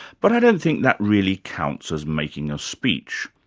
but i don't think that really counts as making a speech.